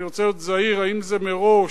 אני רוצה להיות זהיר האם זה מראש,